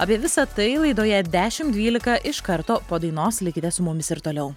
apie visa tai laidoje dešimt dvylika iš karto po dainos likite su mumis ir toliau